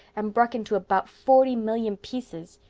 and bruk into about forty millyun pieces.